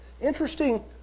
Interesting